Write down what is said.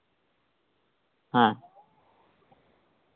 ᱦᱮᱸ